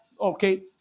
okay